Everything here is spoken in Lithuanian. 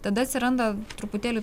tada atsiranda truputėlį